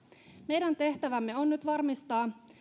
meidän tehtävämme on nyt varmistaa